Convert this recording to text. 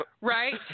right